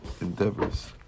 endeavors